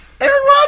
Aaron